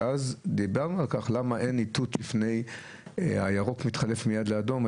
דיברנו על כך שהירוק מתחלף מייד לאדום.